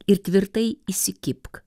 ir tvirtai įsikibk